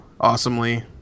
awesomely